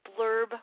Blurb